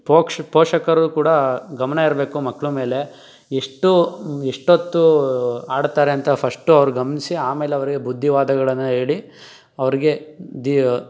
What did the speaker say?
ಪೊಕ್ಷ್ ಪೋಷಕರು ಕೂಡ ಗಮನ ಇರಬೇಕು ಮಕ್ಕಳ ಮೇಲೆ ಎಷ್ಟು ಎಷ್ಟೊತ್ತು ಆಡ್ತಾರೆ ಅಂತ ಫಶ್ಟು ಅವರು ಗಮ್ನಿಸಿ ಆಮೇಲೆ ಅವರಿಗೆ ಬುದ್ಧಿವಾದಗಳನ್ನು ಹೇಳಿ ಅವರಿಗೆ ದಿ